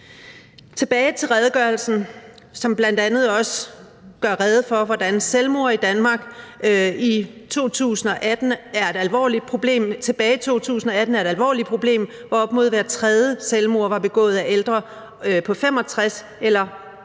Tilbage til redegørelsen, som bl.a. også gør rede for, hvordan selvmord i Danmark tilbage i 2018 var et alvorligt problem, hvor op mod hvert tredje selvmord var begået af ældre på 65 år eller